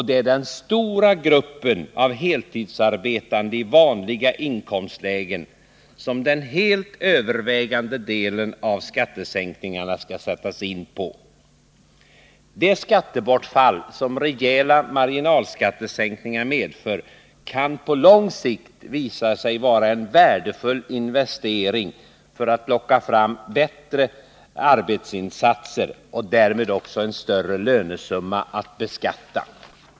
Det är den stora gruppen heltidsarbetande i vanliga inkomstlägen som den helt övervägande delen av skattesänkningarna skall gälla. Det skattebortfall som rejäla marginalskattesänkningar medför kan på lång sikt visa sig vara en värdefull investering när det gäller att locka fram bättre arbetsinsatser och därmed också en större lönesumma att beskatta.